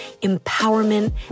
empowerment